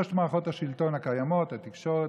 או בג"ץ, כל שלוש מערכות השלטון הקיימות, התקשורת,